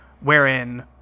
Wherein